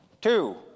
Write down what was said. Two